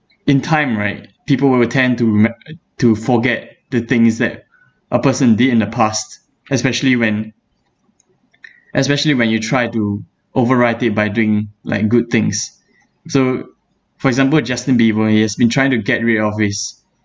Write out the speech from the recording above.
in time right people will tend to remem~ to forget the things that a person did in the past especially when especially when you try to override it by doing like good things so for example justin bieber he has been trying to get rid of his